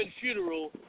funeral